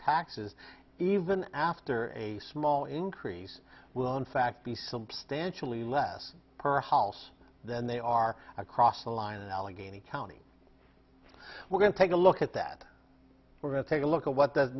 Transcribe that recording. taxes even after a small increase will in fact be substantially less per house than they are across the line in allegheny county we're going to take a look at that we're going to take a look at what that